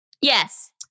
Yes